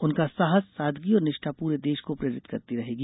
उनका साहस सादगी और निष्ठा पूरे देश को प्रेरित करती रहेगी